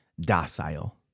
docile